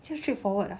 这样 straightforward ah